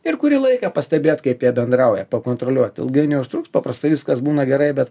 ir kurį laiką pastebėt kaip jie bendrauja pakontroliuot ilgai neužtruks paprastai viskas būna gerai bet